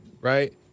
right